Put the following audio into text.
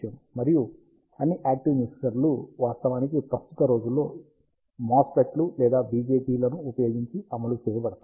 మరియు అన్ని యాక్టివ్ మిక్సర్లు వాస్తవానికి ప్రస్తుత రోజుల్లో MOSFET లు లేదా BJT లను ఉపయోగించి అమలు చేయబడతాయి